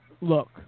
Look